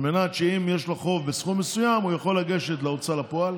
על מנת שאם יש חוב בסכום מסוים אפשר יהיה לגשת להוצאה לפועל